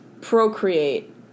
procreate